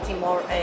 more